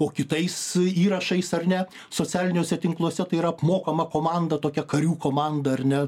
po kitais įrašais ar ne socialiniuose tinkluose tai yra apmokama komanda tokia karių komanda ar ne